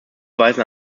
weisen